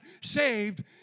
saved